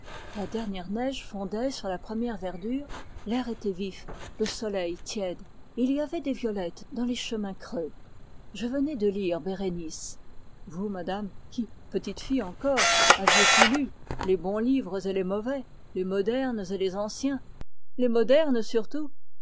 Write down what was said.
la dernière neige fondait sur la première verdure l'air était vif le soleil tiède et il y avait des violettes dans les chemins creux je venais de lire bérénice vous madame qui petite fille encore aviez tout lu les bons livres et les mauvais les modernes et les anciens les modernes surtout